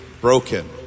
broken